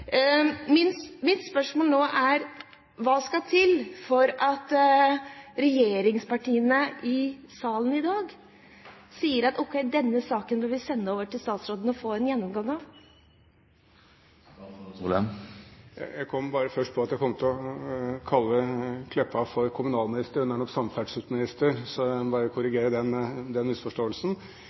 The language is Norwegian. Mitt spørsmål nå er: Hva skal til for at regjeringspartiene i salen i dag sier at ok, denne saken bør vi sende over til statsråden og få en gjennomgang av? Først: Jeg kom på at jeg kom til å kalle statsråd Meltveit Kleppa for kommunalminister. Hun er samferdselsminister – jeg måtte bare korrigere den misforståelsen.